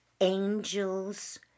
angels